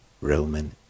Roman